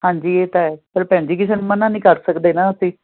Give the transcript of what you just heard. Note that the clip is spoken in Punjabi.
ਹਾਂਜੀ ਇਹ ਤਾਂ ਹੈ ਪਰ ਭੈਣ ਜੀ ਕਿਸੇ ਨੂੰ ਮਨ੍ਹਾ ਨਹੀਂ ਕਰ ਸਕਦੇ ਨਾ ਅਸੀਂ